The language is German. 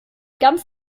ganz